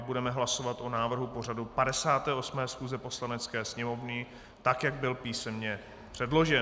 Budeme hlasovat o návrhu pořadu 58. schůze Poslanecké sněmovny, tak jak byl písemně předložen.